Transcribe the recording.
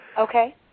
Okay